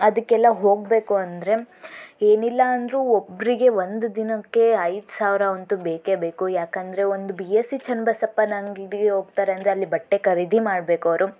ಅದಕ್ಕೆಲ್ಲ ಹೋಗಬೇಕು ಅಂದರೆ ಏನಿಲ್ಲ ಅಂದರೂ ಒಬ್ಬರಿಗೆ ಒಂದು ದಿನಕ್ಕೆ ಐದು ಸಾವಿರ ಅಂತೂ ಬೇಕೇ ಬೇಕು ಯಾಕೆಂದರೆ ಒಂದು ಬಿ ಎಸ್ ಸಿ ಚನ್ನಬಸಪ್ಪನ ಅಂಗಡಿಗೆ ಹೋಗ್ತಾರೆ ಅಂದರೆ ಅಲ್ಲಿ ಬಟ್ಟೆ ಖರೀದಿ ಮಾಡ್ಬೇಕವ್ರು